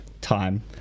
time